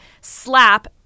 Slap